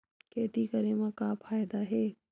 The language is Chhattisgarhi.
खेती करे म का फ़ायदा हे?